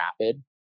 rapid